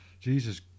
Jesus